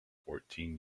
fourteen